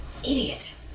Idiot